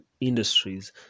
industries